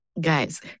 Guys